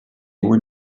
were